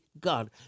God